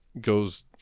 goes